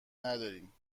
نداریم